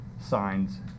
signs